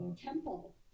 temple